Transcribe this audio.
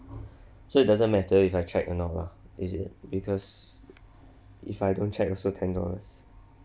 so it doesn't matter if I check or not lah is it because if I don't check also ten dollars